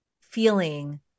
feeling